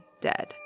Dead